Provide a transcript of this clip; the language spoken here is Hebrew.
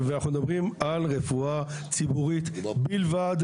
ואנחנו מדברים על רפואה ציבורית בלבד,